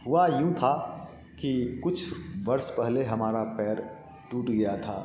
हुआ यूँ था कि कुछ वर्ष पहले हमारा पैर टूट गया था